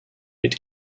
need